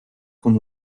con